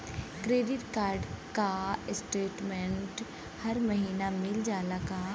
Credit card क statement हर महिना मिल जाला का?